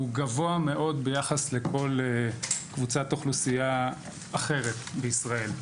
גבוה מאוד ביחס לכל קבוצת אוכלוסייה אחרת בישראל,